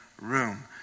room